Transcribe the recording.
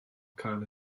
cael